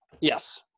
Yes